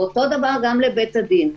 ואותו דבר גם לבית הדין.